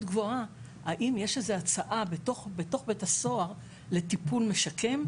גבוהה האם יש הצעה בתוך בית הסוהר לטיפול משקם?